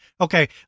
Okay